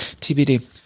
TBD